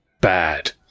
bad